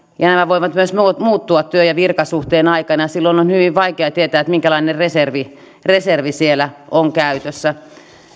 nämä voivat myös muuttua työ ja virkasuhteen aikana ja silloin on hyvin vaikea tietää minkälainen reservi reservi siellä on käytössä